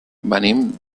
venim